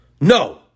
No